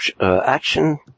action